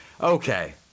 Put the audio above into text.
Okay